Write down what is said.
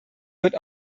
wird